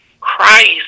Christ